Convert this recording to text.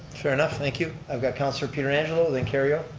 fair enough, thank you. i've got counselor pietrangelo, then kerrio.